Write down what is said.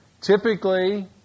Typically